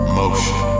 motion